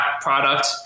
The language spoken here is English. product